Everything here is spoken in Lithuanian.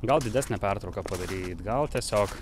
gal didesnę pertrauką padaryt gal tiesiog